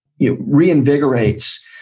reinvigorates